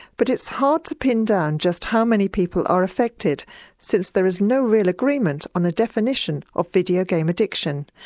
but it's hard to pin down just how many people are affected since there is no real agreement on a definition of video game addiction,